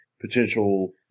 potential